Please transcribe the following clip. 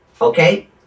Okay